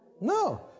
No